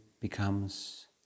becomes